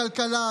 הכלכלה,